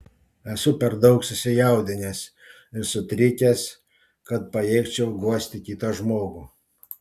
esu per daug susijaudinęs ir sutrikęs kad pajėgčiau guosti kitą žmogų